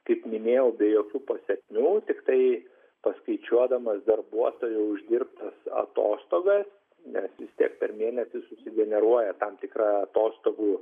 kaip minėjau be jokių pasekmių tiktai paskaičiuodamas darbuotojo uždirbtas atostogas nes taip per mėnesį sugeneruoja tam tikra atostogų